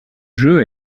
jeu